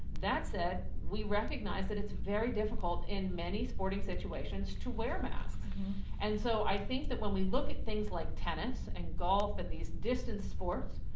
that said, we recognize that it's very difficult in many sporting situations to wear masks and so i think that when we look at things like tennis and golf and these distance sports,